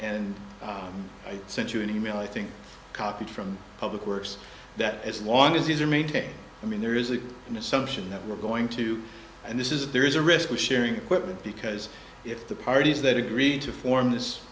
and i sent you an e mail i think copied from public works that as long as these are maintained i mean there is an assumption that we're going to and this is there is a risk with sharing equipment because if the parties that agreed to form this